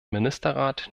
ministerrat